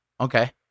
Okay